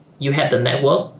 you have the network.